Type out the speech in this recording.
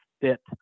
fit